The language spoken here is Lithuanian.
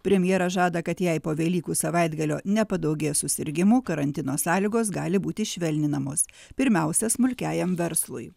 premjeras žada kad jei po velykų savaitgalio nepadaugės susirgimų karantino sąlygos gali būti švelninamos pirmiausia smulkiajam verslui